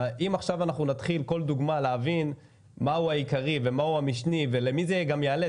אם עכשיו נתחיל כל דוגמה להבין מהו העיקרי ומהו המשני ולמי זה גם יעלה,